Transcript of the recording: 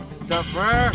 stuffer